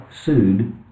sued